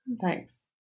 Thanks